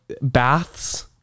baths